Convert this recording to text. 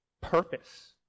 purpose